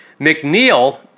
McNeil